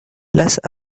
las